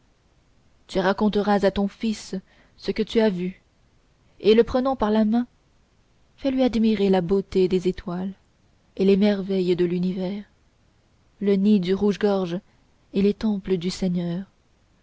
tu raconteras à ton fils ce que tu as vu et le prenant par la main fais-lui admirer la beauté des étoiles et les merveilles de l'univers le nid du rouge-gorge et les temples du seigneur